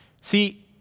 See